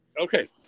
Okay